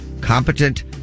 Competent